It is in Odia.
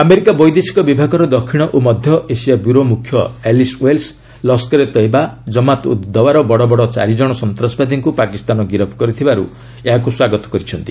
ଆମେରିକା ବୈଦେଶିକ ବିଭାଗର ଦକ୍ଷିଣ ଓ ମଧ୍ୟଏସିଆ ବ୍ୟୁରୋ ମୁଖ୍ୟ ଆଲିସ୍ ୱେଲ୍ସ ଲସ୍କରେ ତୋଇବା ଜମାତ୍ ଉଦ୍ ଦୱାର ବଡ଼ବଡ଼ ଚାରିଜଣ ସନ୍ତାସବାଦୀଙ୍କୁ ପାକିସ୍ତାନ ଗିରଫ କରିଥିବାରୁ ଏହାକୁ ସ୍ୱାଗତ କରିଛନ୍ତି